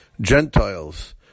Gentiles